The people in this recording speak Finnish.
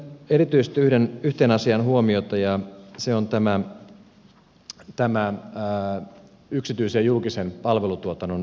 kiinnitän erityisesti yhteen asiaan huomiota ja se on tämä yksityisen ja julkisen palvelutuotannon välinen suhde